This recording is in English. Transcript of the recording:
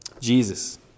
Jesus